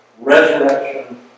resurrection